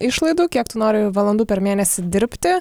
išlaidų kiek tu nori valandų per mėnesį dirbti